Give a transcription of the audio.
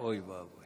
אוי ואבוי.